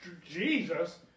Jesus